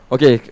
Okay